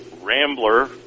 Rambler